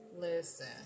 Listen